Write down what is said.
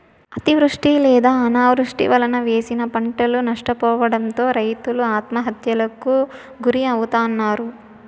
అతివృష్టి లేదా అనావృష్టి వలన వేసిన పంటలు నష్టపోవడంతో రైతులు ఆత్మహత్యలకు గురి అవుతన్నారు